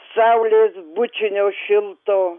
saulės bučinio šilto